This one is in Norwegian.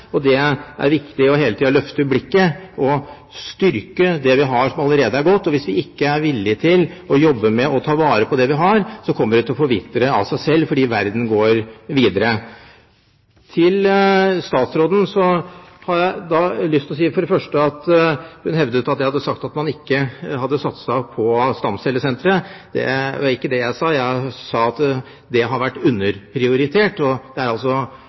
og hvordan vi skal gå videre. Det er hele tiden viktig å løfte blikket og styrke det vi har som allerede er godt. Hvis vi ikke er villige til å jobbe med og ta vare på det vi har, kommer det til å forvitre av seg selv, for verden går videre. Til statsråden har jeg lyst til å si: Hun hevdet at jeg hadde sagt at man ikke hadde satset på stamcellesentre. Det var ikke det jeg sa. Jeg sa at dette hadde vært «underprioritert», og sett f.eks. i forhold til vårt naboland Sverige er